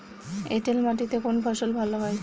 এঁটেল মাটিতে কোন ফসল ভালো হয়?